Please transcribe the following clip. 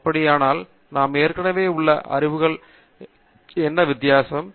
அப்படியானால் நாம் ஏற்கனவே உள்ள அறிவுக்கு என்ன வித்தியாசம்